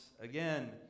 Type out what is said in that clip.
again